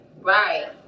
Right